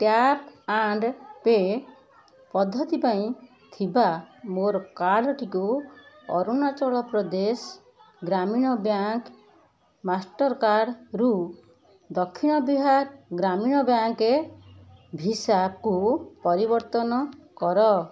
tap and pay ପଦ୍ଧତି ପାଇଁ ଥିବା ମୋର କାର୍ଡ଼ଟିକୁ ଅରୁଣାଚଳ ପ୍ରଦେଶ ଗ୍ରାମୀଣ ବ୍ୟାଙ୍କ ମାଷ୍ଟର୍କାର୍ଡ଼ରୁ ଦକ୍ଷିଣ ବିହାର ଗ୍ରାମୀଣ ବ୍ୟାଙ୍କ ଭିସାକୁ ପରିବର୍ତ୍ତନ କର